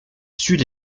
suit